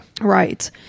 Right